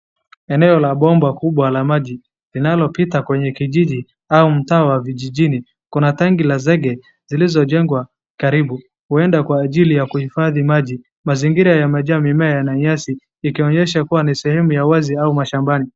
Eneo la bomba kubwa la maji linalopita kwenye kijiji au mtaa wa vijijini. Kuna tanki la zege zilizojegwa karibu huenda kwa ajili ya kuifadhi maji. Mazingira yamejaa mimea na nyasi ikionyesha kuwa ni sehemu ya wazi au mashambani.